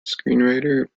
screenwriter